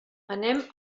anem